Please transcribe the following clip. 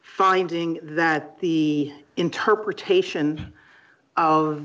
finding that the interpretation of